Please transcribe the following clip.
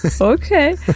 Okay